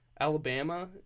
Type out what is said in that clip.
Alabama